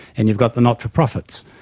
and you've got the not-for-profits.